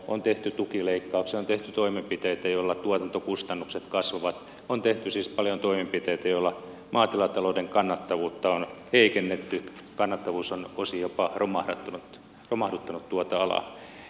on tehty tukileikkauksia on tehty toimenpiteitä joilla tuotantokustannukset kasvavat on tehty siis paljon toimenpiteitä joilla maatilatalouden kannattavuutta on heikennetty kannattavuus on osin jopa romahduttanut tuota alaa